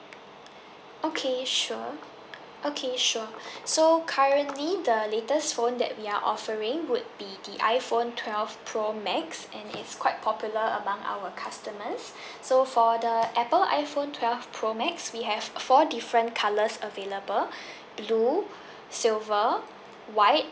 okay sure okay sure so currently the latest phone that we are offering would be the iphone twelve pro max and is quite popular among our customers so for the apple iphone twelve pro max we have four different colours available blue silver white